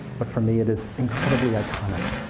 but for me, it is incredibly iconic,